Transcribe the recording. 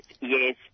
Yes